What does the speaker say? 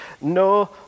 no